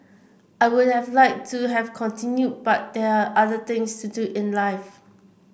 I would have like to have continued but there're other things to do in life